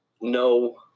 No